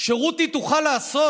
שרותי תוכל לעשות